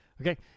Okay